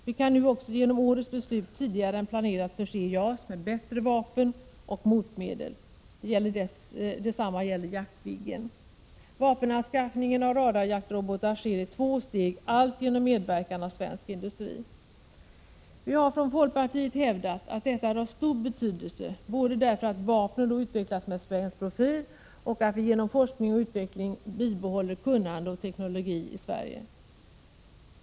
Vi kan nu också genom årets beslut tidigare än planerat förse JAS med bättre vapen och motmedel. Detsamma gäller Jaktviggen. Vapenanskaffningen av radarjaktrobotar sker i två steg, allt genom medverkan av svensk industri. Vi har från folkpartiet hävdat att detta är av stor betydelse, både därför att vapnen då utvecklas med svensk profil och därför att vi genom forskning och utveckling behåller kunnande och teknologi i Sverige.